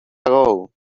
ago